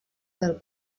del